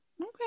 Okay